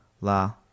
La